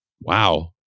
Wow